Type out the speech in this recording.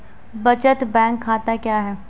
बचत बैंक खाता क्या है?